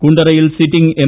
കുണ്ടറയിൽ sitting M